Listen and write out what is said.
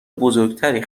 بزرگتری